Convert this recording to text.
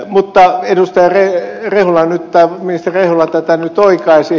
mutta ministeri rehula tätä nyt oikaisi hyvä näin